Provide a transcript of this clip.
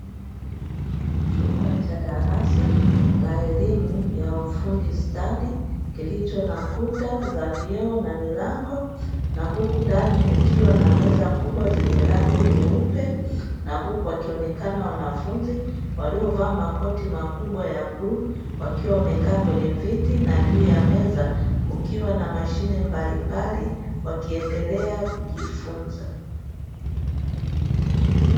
Chumba cha darasa la elimu ya ufundi stadi kilicho nakuta za vioo na milango na huku ndani kukiwa na meza kubwa zenye rangi nyeupe na huku wakionekana wanafunzi waliovaa makoti makubwa ya bluu wakiwa wamekaa kwenye viti na juu ya meza kukiwa na mashine mbalimbali wakiendelea kujifunza.